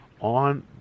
on